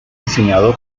diseñado